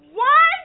one